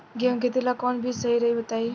गेहूं के खेती ला कोवन बीज सही रही बताई?